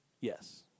Yes